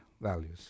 values